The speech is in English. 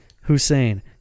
Hussein